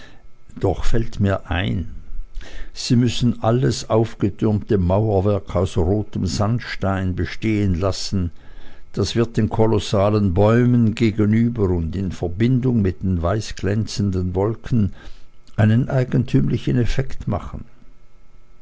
doch fällt mir ein sie müssen alles aufgetürmte mauerwerk aus rotem sandstein bestehen lassen das wird den kolossalen bäumen gegenüber und in verbindung mit den weißglänzenden wolken einen eigentümlichen effekt machen